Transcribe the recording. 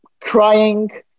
crying